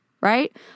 right